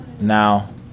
Now